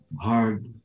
hard